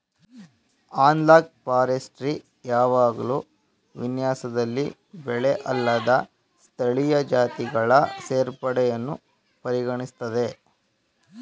analogue forestry ಯಾವಾಗ್ಲೂ ವಿನ್ಯಾಸದಲ್ಲಿ ಬೆಳೆಅಲ್ಲದ ಸ್ಥಳೀಯ ಜಾತಿಗಳ ಸೇರ್ಪಡೆಯನ್ನು ಪರಿಗಣಿಸ್ತದೆ